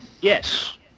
Yes